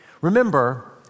Remember